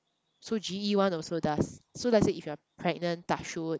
so G_E one also does so let's say if you are pregnant touch wood